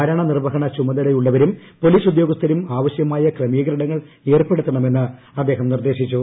ഭരണ നിർവഹണ ചുമതലയുള്ളവരും പോലീസുദ്യോഗസ്ഥരും ആവശ്യമായ ക്രമീകരണങ്ങൾ ഏർപ്പെടുത്തണമെന്ന് അദ്ദേഹം നിർദ്ദേശിച്ചു